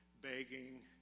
begging